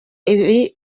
ibi